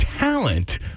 talent